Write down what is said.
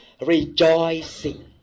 rejoicing